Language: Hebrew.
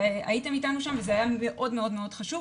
הייתם אתנו שם וזה היה מאוד מאוד חשוב,